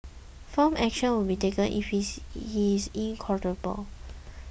firm action will be taken if he is incorrigible